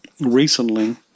recently